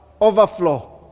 Overflow